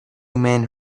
men